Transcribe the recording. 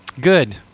Good